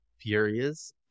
furious